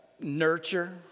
nurture